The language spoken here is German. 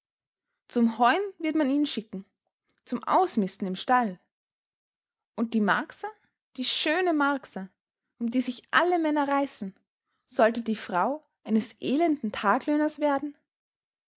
zum heuen wird man ihn schicken zum ausmisten im stall und die marcsa die schöne marcsa um die sich alle männer reißen sollte die frau eines elenden taglöhners werden